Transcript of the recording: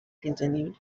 continued